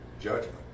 Judgment